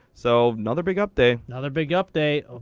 so another big up day. another big up day.